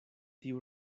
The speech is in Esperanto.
tiu